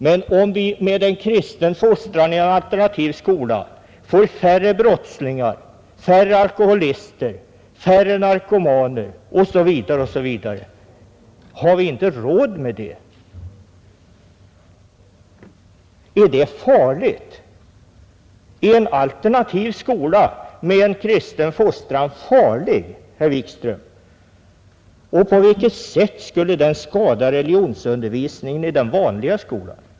Men om vi med en kristen fostran i en alternativ skola får färre brottslingar, färre alkoholister, färre narkomaner osv., har vi inte råd med det? Är det felaktigt? Är en alternativ skola med en kristen fostran felaktig, herr Wikström? Och på vilket sätt skulle den skada religionsundervisningen i den vanliga skolan?